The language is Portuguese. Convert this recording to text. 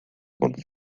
quando